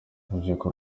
urubyiruko